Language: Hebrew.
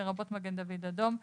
לרבות מגן דוד אדום,